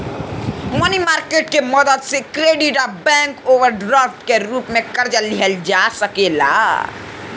मनी market के मदद से क्रेडिट आ बैंक ओवरड्राफ्ट के रूप में कर्जा लिहल जा सकेला